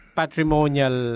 patrimonial